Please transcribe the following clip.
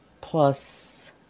Plus